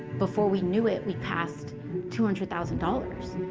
before we knew it, we passed two hundred thousand dollars.